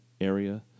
area